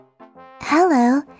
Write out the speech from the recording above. Hello